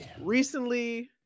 recently